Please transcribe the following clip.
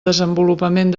desenvolupament